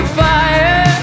fire